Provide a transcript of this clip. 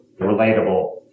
relatable